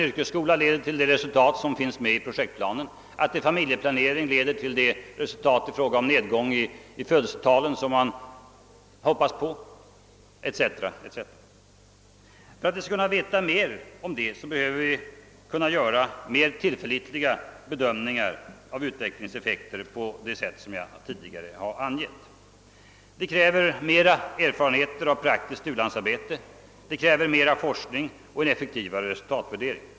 För att vi skall kunna veta att så blir fallet behöver vi kunna göra mer tillförlitliga bedömningar av utvecklingseffekten på det sätt som jag tidigare varit inne på. Det kräver mera erfarenheter av praktiskt u-landsarbete, mer forskning och en effektivare resultatvärdering.